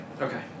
Okay